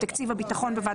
תקציב הביטחון,